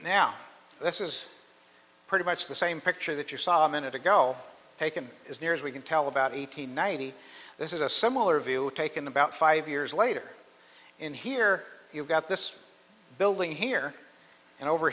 now this is pretty much the same picture that you saw a minute ago taken as near as we can tell about eight hundred ninety this is a similar view taken about five years later in here you've got this building here and over